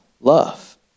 love